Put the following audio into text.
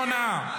שנייה אחת.